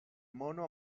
mono